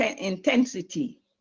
intensity